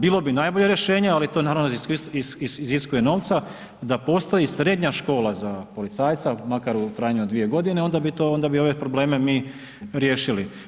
Bilo bi najbolje rješenje, ali to naravno iziskuje novca, da postoji srednja škola za policajca, makar u trajanju od dvije godine, onda bi to, onda bi ove probleme mi riješili.